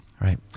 right